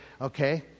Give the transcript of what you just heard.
okay